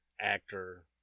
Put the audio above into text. actor